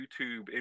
YouTube